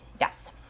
Yes